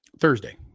Thursday